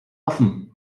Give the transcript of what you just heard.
offen